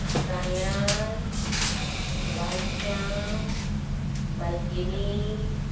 सांग्यार वालशां वालकिनी